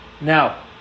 Now